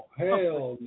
hell